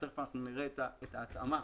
ותכף נראה את ההתאמה